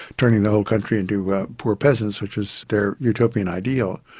turning the whole country into poor peasants, which was their utopian ideal.